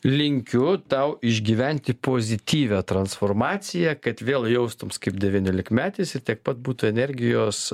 linkiu tau išgyventi pozityvią transformaciją kad vėl jaustums kaip devyniolikmetis ir tiek pat būtų energijos